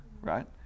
right